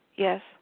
Yes